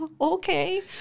Okay